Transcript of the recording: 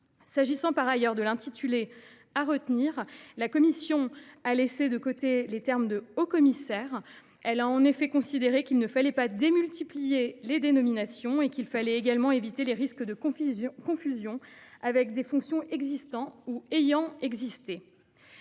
concerne par ailleurs l’intitulé du texte, la commission a laissé de côté le terme de haut commissaire. Elle a en effet considéré qu’il ne fallait pas multiplier les dénominations et qu’il fallait également éviter des risques de confusion avec des fonctions existantes ou ayant existé.